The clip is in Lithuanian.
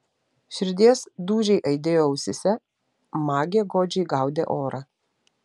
širdies dūžiai aidėjo ausyse magė godžiai gaudė orą